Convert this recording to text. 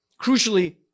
Crucially